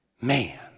man